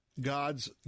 God's